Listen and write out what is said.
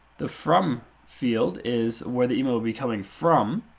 the from field is where the email will be coming from.